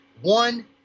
one